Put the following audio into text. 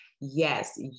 Yes